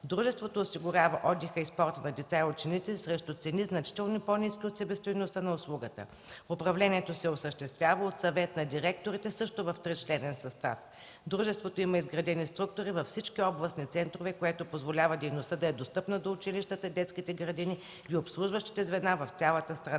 Дружеството осигурява отдиха и спорта на деца и ученици срещу цени, значително по-ниски от себестойността на услугата. Управлението се осъществява от Съвет на директорите също в тричленен състав. Дружеството има изградени структури във всички области центрове, което позволява дейността да е достъпна до училищата, детските градини и обслужващите звена в цялата страна.